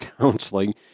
counseling